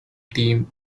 team